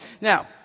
now